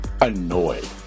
annoyed